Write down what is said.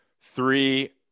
Three